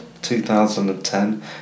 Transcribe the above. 2010